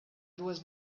dues